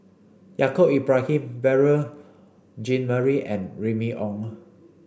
Yaacob Ibrahim Beurel Jean Marie and Remy Ong